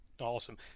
Awesome